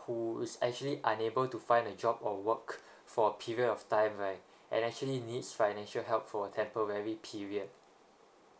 who's actually unable to find a job or work for a period of time right and actually needs financial help for temporary period